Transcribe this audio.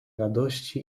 radości